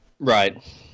Right